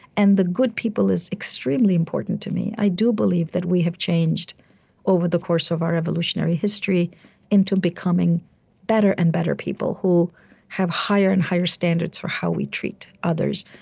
and the good people is extremely important to me. i do believe that we have changed over the course of our evolutionary history into becoming better and better people who have higher and higher standards for how we treat others.